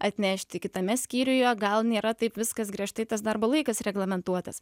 atnešti kitame skyriuje gal nėra taip viskas griežtai tas darbo laikas reglamentuotas